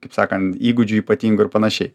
kaip sakant įgūdžių ypatingų ir panašiai